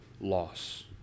loss